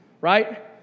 right